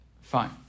fine